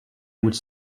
would